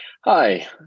Hi